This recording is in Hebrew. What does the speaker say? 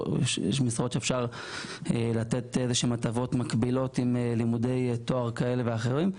יש משרות שאפשר לתת הטבות מקבילות עם לימודי תואר כאלה ואחרים.